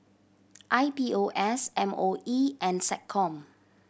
I P O S M O E and SecCom